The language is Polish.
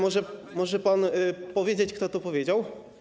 Może pan powiedzieć, kto to powiedział?